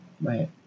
Right